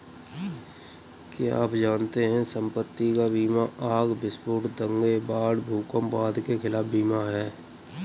क्या आप जानते है संपत्ति का बीमा आग, विस्फोट, दंगे, बाढ़, भूकंप आदि के खिलाफ बीमा है?